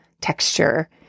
texture